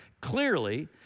clearly